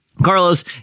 Carlos